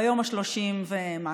ביום ה-30 ומשהו.